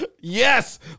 Yes